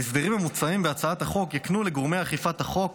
ההסדרים המוצעים בהצעת החוק יקנו לגורמי אכיפת החוק